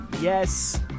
yes